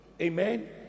Amen